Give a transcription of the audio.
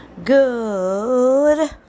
Good